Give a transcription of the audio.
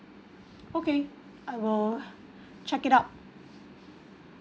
okay I'll check it out